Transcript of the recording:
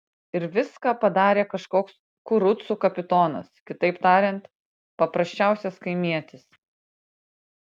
ir viską padarė kažkoks kurucų kapitonas kitaip tariant paprasčiausias kaimietis